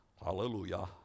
Hallelujah